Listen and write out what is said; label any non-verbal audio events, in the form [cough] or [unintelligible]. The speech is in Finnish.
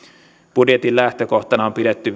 budjetin lähtökohtana on pidetty [unintelligible]